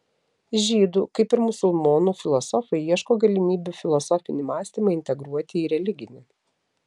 žydų kaip ir musulmonų filosofai ieško galimybių filosofinį mąstymą integruoti į religinį